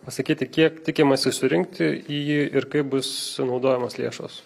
pasakyti kiek tikimasi surinkti į jį ir kaip bus naudojamos lėšos